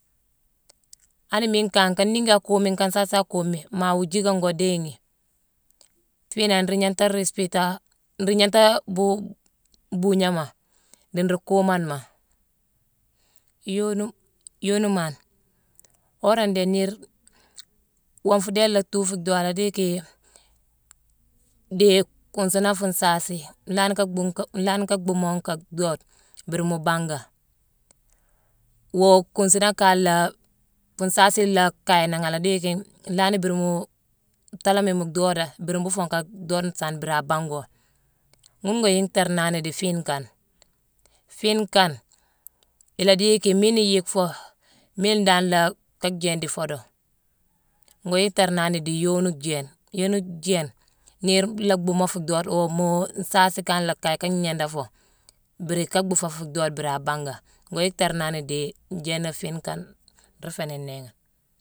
Ani miine kangh, nka niiki a kuumi, nka nsaa akuumi, maa wuu jiickama ngoo dééghi. Fiinangh, nruu gnanghta rispita-nruu gnanghta buu- buugnama dii nruu kuumonema. Woonu, woonimane, wora ndééne niir-wonfu dééne laa thuu fuu doode a dii yicki dii kuunsuna fuu nsaasi, nlanni ka bhuu nka-nlanni ka bhuumo nka dhoode mbiri mu banga. Woo kuununa kan laa-fuu nsaasi laa kaye nangh ala dii yicki nlanni biri mu taalammi mu dhooda, mbiri mbuufo nka dhoode nsaane mbiri a bango. Ghune ngo yiicktarnani dii fiine kane. Fiine kane, ila dii yicki miine na yick foo, miine dan nlaa ka jééne dii foodo. Ngo yicktarnani dii yoonu jééne. Yooni jééne, niir laa bhuumo fuu dhoode oo moo nsaasi kan laa kaye ka gnéédé foo; mbiri ka bhuu foo fuu dhoode biri a banga. Ngo yicktarnani dii jééna fiine kane nruu fééni néghane.